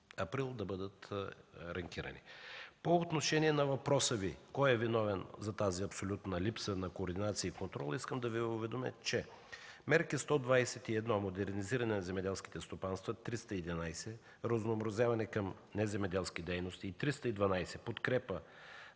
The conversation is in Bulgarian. да бъдат рамкирани. По отношение на въпроса Ви кой е виновен за тази абсолютна липса на координация и контрол, искам да Ви уведомя, че мерки 121 – „Модернизиране на земеделските стопанства”, 311 – „Разнообразяване към неземеделски дейности”, и 312 – „Подкрепа